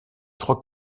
trois